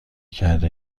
کرده